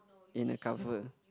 in a cover